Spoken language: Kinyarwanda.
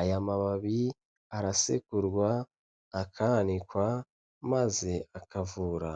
Aya mababi arasekurwa, akanikwa maze akavura.